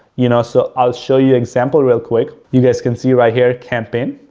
you know, so i'll show you example real quick. you guys can see right here campaign.